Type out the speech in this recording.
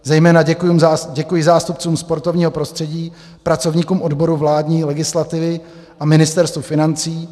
Zejména děkuji zástupcům sportovního prostředí, pracovníkům odboru vládní legislativy a Ministerstvu financí.